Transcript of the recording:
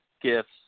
gifts